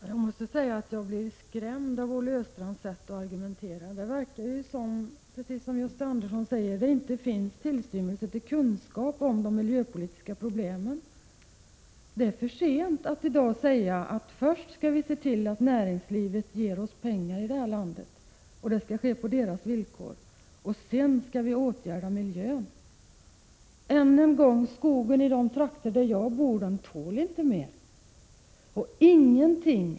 Herr talman! Jag måste säga att jag blir skrämd av Olle Östrands 13 maj 1987 argumenterande. Det verkar, precis som Gösta Andersson säger, som om Olle Östrand inte har en tillstymmelse till kunskap om de miljöpolitiska problemen. Det är för sent att i dag säga att vi först skall se till att näringslivet, på dess egna villkor, skall ge oss välfärd i vårt land och att vi sedan skall åtgärda miljön. Än en gång: Skogen i de trakter där jag bor tål inte mer.